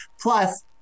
plus